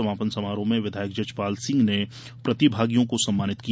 समापन समारोह में विधायक जजपाल सिंह ने प्रतिभागियों को सम्मानित किया